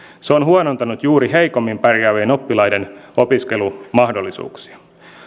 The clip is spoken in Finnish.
se on huonontanut juuri heikommin pärjäävien oppilaiden opiskelumahdollisuuksia